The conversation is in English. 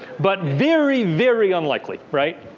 but very, very unlikely. right?